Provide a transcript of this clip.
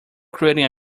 creating